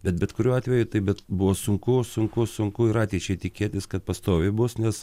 bet bet kuriuo atveju taip bet buvo sunku sunku sunku ir ateičiai tikėtis kad pastoviai bus nes